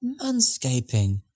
manscaping